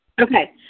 okay